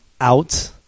out